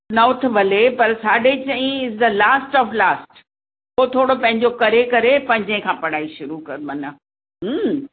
न उथु भले पर साढे चईं is the last of last पो थोरो पंहिंजो करे करे पंजे खां पढ़ाई शुरू करि मन